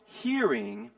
hearing